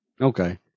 okay